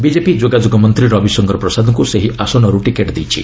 BJP ଯୋଗାଯୋଗ ମନ୍ତ୍ରୀ ରବିଶଙ୍କର ପ୍ରସାଦଙ୍କୁ ସେହି ଆସନରୁ ଟିକେଟ୍ ଦେଇଛି